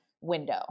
window